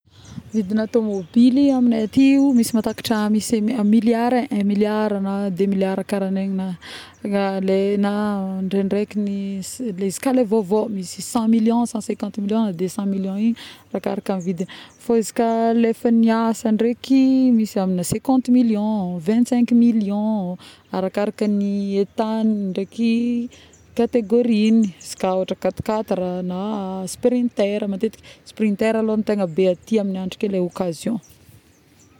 Vidigna tomobily aminay aty ioo misy matakatra misy, misy miliary ee, un miliara na deux miliara karagniny na le na indraindraiky ny le izy ka vaovao, misy cent million, cent cinqunate million na deux-cent arakaraka ny vidigny fô izy ka le efa gniasa ndaiky misy azona cinquante million, vingt-cinq million arakaraka ny état, catégorie-ny ,izy ka na quat-quatre na sprinter, mateiky sprinter lô be aty amin'ny androky le occassion.